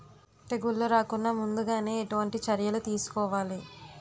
తెగుళ్ల రాకుండ ముందుగానే ఎటువంటి చర్యలు తీసుకోవాలి?